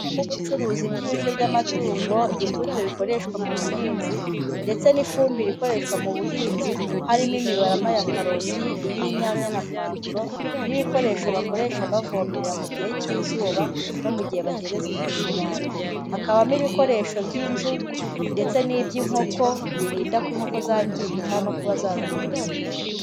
Harimo ubucuruzi bw'ibiryo by'amatungo, imbuto bikoreshwa mu buhinzi ndetse n'ifumbire ikoreshwa mu buhinzi harimo imirama ya karoti, iy'inyanya na pavro n'ibikoresho bakoresha bavomerera mu gihe k'izuba no mu gihe bahereza imiti inyanya. Hakaba mo ibikoresho by'inzu ndetse n'iby'inkoko birindako inkoko zangirika no kuba byazana urumuri mu nzu.